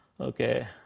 Okay